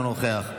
אינו נוכח,